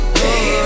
baby